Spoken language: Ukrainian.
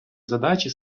задачі